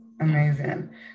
Amazing